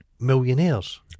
millionaires